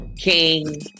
King